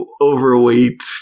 overweight